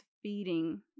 feeding